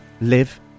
live